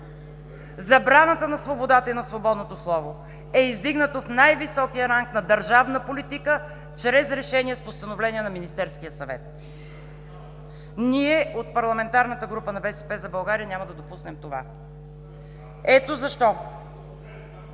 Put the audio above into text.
Забраната на свободата и на свободното слово е издигнато в най-високия ранг на държавна политика чрез решение с постановление на Министерския съвет. Ние, от парламентарната група на „БСП за България“, няма да допуснем това. Ето защо